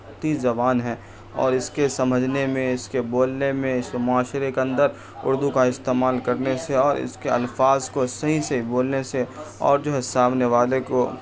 تی زبان ہے اور اس کے سمجھنے میں اس کے بولنے میں اس کے معاشرے کے اندر اردو کا استعمال کرنے سے اور اس کے الفاظ کو صحیح صحیح بولنے سے اور جو ہے سامنے والے کو